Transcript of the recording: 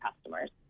customers